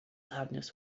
loudness